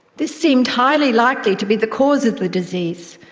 this seemed highly likely to be the cause of the disease,